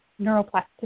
neuroplasticity